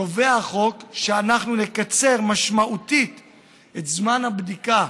קובע החוק שאנחנו נקצר משמעותית את זמן הבדיקה